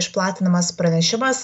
išplatinamas pranešimas